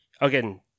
again